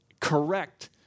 correct